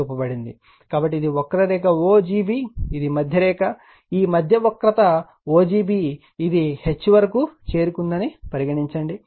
కాబట్టి ఇది వక్రరేఖ o g b ఇది మధ్య రేఖ ఈ మధ్య వక్రత o g b ఇది H వరకు చేరుకుందని పరిగణించండి